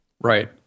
Right